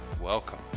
welcome